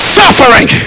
suffering